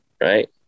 right